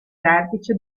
vertice